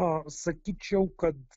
na sakyčiau kad